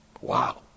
Wow